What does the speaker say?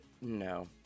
No